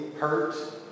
hurt